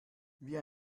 wie